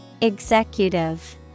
Executive